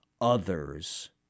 others